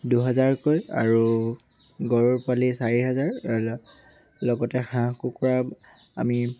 দুহেজাৰকৈ আৰু গৰুৰ পোৱালি চাৰি হাজাৰ লগতে হাঁহ কুকুৰা আমি